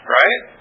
right